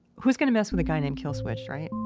who's going to mess with a guy named kill switch, right?